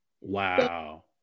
Wow